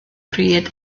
pryd